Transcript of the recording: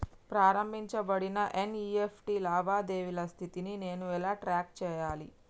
ప్రారంభించబడిన ఎన్.ఇ.ఎఫ్.టి లావాదేవీల స్థితిని నేను ఎలా ట్రాక్ చేయాలి?